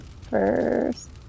First